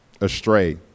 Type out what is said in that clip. astray